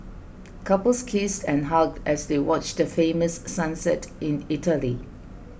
couples kissed and hugged as they watch the famous sunset in Italy